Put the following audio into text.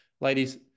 Ladies